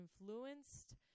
influenced